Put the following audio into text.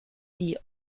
die